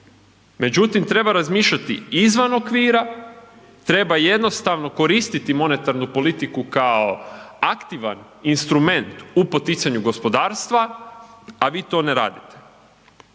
međutim treba razmišljati izvan okvira, treba jednostavno koristiti monetarnu politiku kao aktivan instrument u poticanju gospodarstva, a vi to ne radite.